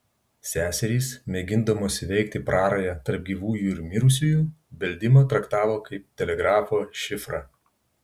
seserys mėgindamos įveikti prarają tarp gyvųjų ir mirusiųjų beldimą traktavo kaip telegrafo šifrą